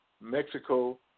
Mexico